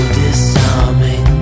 disarming